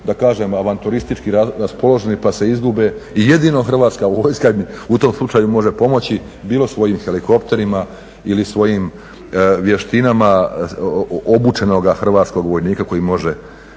da kažem avanturistički raspoloženi pa se izgube i jedino Hrvatska vojska im u tom slučaju može pomoći bilo svojim helikopterima ili svojim vještinama obučenoga hrvatskoga vojnika koji može